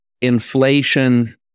inflation